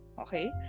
Okay